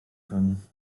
können